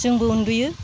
जोंबो उनदुयो